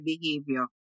behavior